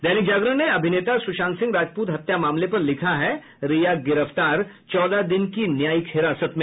दैनिक जागरण ने अभिनेता सुशांत सिंह राजपूत हत्या मामले पर लिखा है रिया गिरफ्तार चौदह दिन की न्यायिक हिरासत में